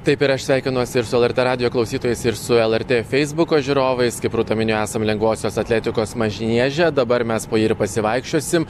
taip ir aš sveikinuosi ir su lrt radijo klausytojais ir su lrt feisbuko žiūrovais kaip rūta minėjo esam lengvosios atletikos manieže dabar mes po jį ir pasivaikščiosim